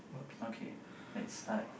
okay let's start